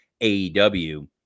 AEW